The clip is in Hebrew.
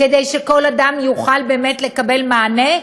כדי שכל אדם יוכל באמת לקבל מענה,